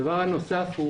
הדבר הנוסף הוא